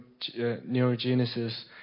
neurogenesis